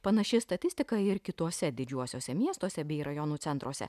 panaši statistika ir kituose didžiuosiuose miestuose bei rajonų centruose